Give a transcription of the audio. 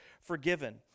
forgiven